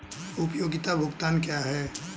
उपयोगिता भुगतान क्या हैं?